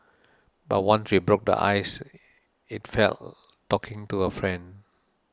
but once we broke the ice it felt talking to a friend